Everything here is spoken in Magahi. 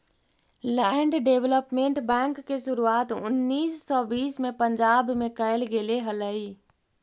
लैंड डेवलपमेंट बैंक के शुरुआत उन्नीस सौ बीस में पंजाब में कैल गेले हलइ